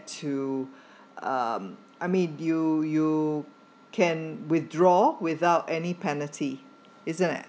to um I mean you you can withdraw without any penalty isn't it